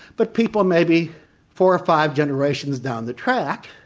but people maybe four or five generations down the track,